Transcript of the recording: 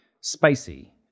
spicy